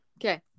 Okay